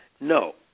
No